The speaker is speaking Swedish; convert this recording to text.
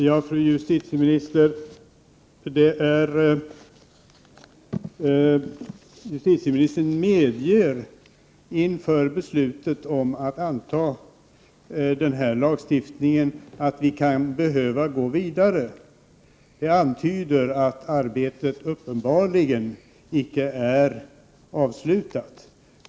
Fru talman! Justitieministern medger inför beslutet om att anta den här lagstiftningen att vi kan behöva gå vidare. Det antyder att arbetet uppenbarligen icke är avslutat.